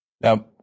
Now